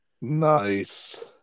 nice